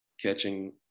catching